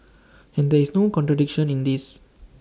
and there is no contradiction in this